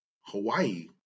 Hawaii